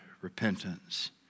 repentance